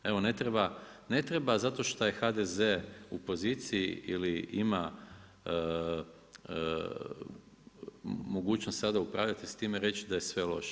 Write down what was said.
Evo, ne treba zato što je HDZ u poziciji ili ima mogućnost sada upravljati s time i reći da je sve loše.